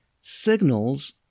signals